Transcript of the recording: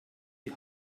die